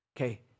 Okay